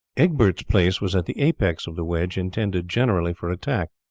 egbert's place was at the apex of the wedge intended generally for attack.